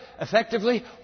effectively